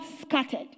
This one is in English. scattered